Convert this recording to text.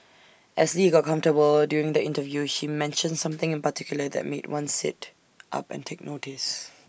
as lee got comfortable during the interview she mentioned something in particular that made one sit up and take notice